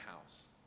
house